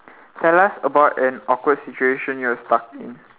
tell us about an awkward situation you're stuck in